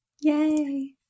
Yay